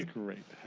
great.